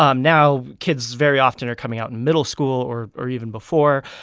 um now kids very often are coming out in middle school or or even before,